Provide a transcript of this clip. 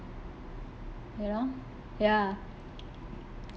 you know ya